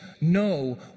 no